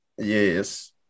Yes